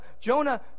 Jonah